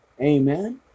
Amen